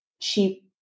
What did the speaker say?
cheap